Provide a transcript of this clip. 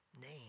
name